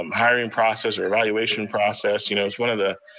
um hiring process or evaluation process, you know it's one of the